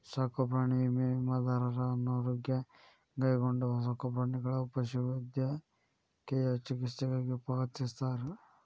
ಸಾಕುಪ್ರಾಣಿ ವಿಮೆ ವಿಮಾದಾರರ ಅನಾರೋಗ್ಯ ಗಾಯಗೊಂಡ ಸಾಕುಪ್ರಾಣಿಗಳ ಪಶುವೈದ್ಯಕೇಯ ಚಿಕಿತ್ಸೆಗಾಗಿ ಪಾವತಿಸ್ತಾರ